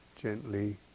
gently